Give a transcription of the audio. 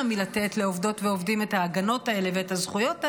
מלתת לעובדים ולעובדים את ההגנות האלה ואת הזכויות האלה,